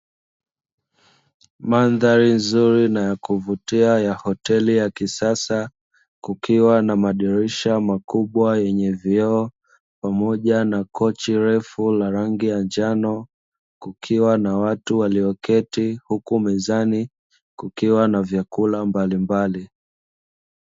Mandhari nzuri na ya kuvutia ya hoteli ya kisasa kukiwa na madirisha makubwa yenye vioo pamoja na kochi refu la rangi ya njano kukiwa na watu waliyoketi huku mezani kukiwa na vyakula mbalimbali.